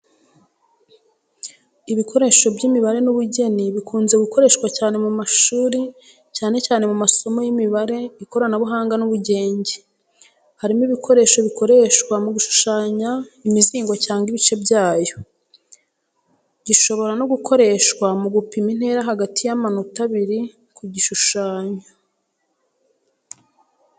Ibikoresho by’imibare n’ubugenge bikunze gukoreshwa cyane mu mashuri, cyane cyane mu masomo y’imibare, ikoranabuhanga n’ubugenge. Harimo igikoresho gikoreshwa mu gushushanya imizingo cyangwa ibice byayo. Gishobora no gukoreshwa mu gupima intera hagati y'amanota abiri ku gishushanyo.